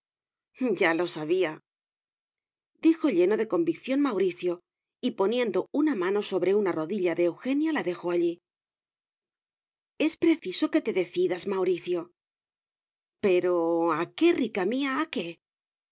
ya lo sabía dijo lleno de convicción mauricio y poniendo una mano sobre una rodilla de eugenia la dejó allí es preciso que te decidas mauricio pero a qué rica mía a qué